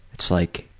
it's like